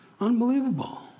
Unbelievable